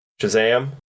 Shazam